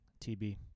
TB